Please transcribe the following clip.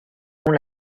pont